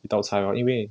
一道菜嘛因为